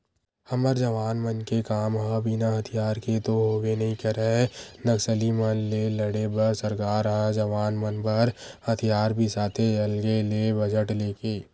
हमर जवान मन के काम ह बिना हथियार के तो होबे नइ करय नक्सली मन ले लड़े बर सरकार ह जवान मन बर हथियार बिसाथे अलगे ले बजट लेके